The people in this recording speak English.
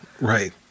right